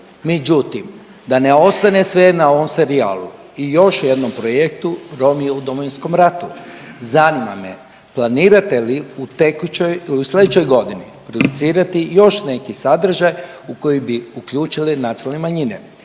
Međutim, da ostane sve na ovom serijalu i još jednom projektu Romi u Domovinskom ratu, zanima me planirate li u tekućoj u sledećoj godini producirati još neki sadržaj u koji bi uključili nacionalne manjine?